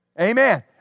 Amen